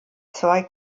zwei